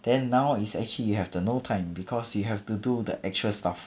then now is actually you have the no time because you have to do the actual stuff